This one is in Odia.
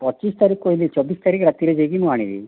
ପଚିଶ ତାରିଖ କହିଲି ଚବିଶ ତାରିଖ ରାତିରେ ଯାଇକି ମୁଁ ଆଣିବି